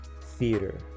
theater